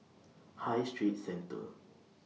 High Street Centre